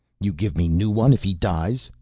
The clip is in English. you give me new one if he dies?